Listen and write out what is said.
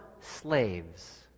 slaves